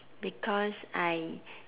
because I